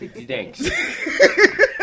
Thanks